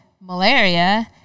malaria